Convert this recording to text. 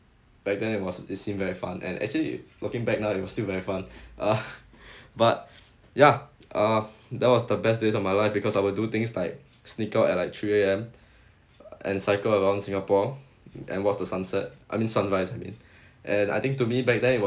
back then it was it seemed very fun and actually it looking back now it was still very fun uh but ya uh that was the best days of my life because I will do things like sneak out at like three A_M and cycle around singapore and watch the sunset I mean sunrise I mean and I think to me back then it was